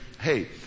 hey